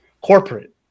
Corporate